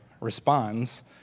responds